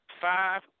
Five